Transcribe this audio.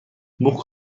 بوق